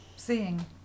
seeing